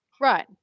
Right